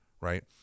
Right